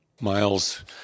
Miles